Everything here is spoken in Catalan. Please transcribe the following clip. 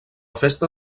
festa